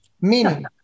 Meaning